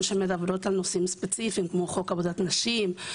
שמדברות על נושאים ספציפיים כמו חוק עבודת נשים.